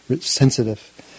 sensitive